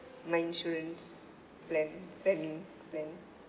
my insurance plan planning plan